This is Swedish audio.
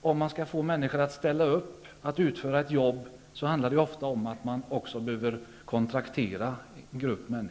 Om man skall få människor att ställa upp och utföra ett jobb, så måste man ofta kontraktera dem.